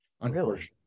unfortunately